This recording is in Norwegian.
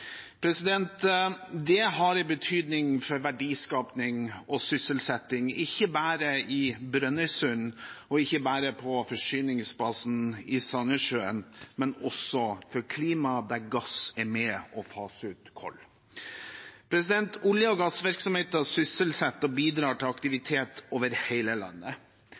Det har betydning for verdiskaping og sysselsetting ikke bare i Brønnøysund, og ikke bare på forsyningsbasen i Sandnessjøen, men også for klimaet, der gass er med og faser ut kull. Olje- og gassvirksomheten sysselsetter og bidrar til aktivitet over hele landet.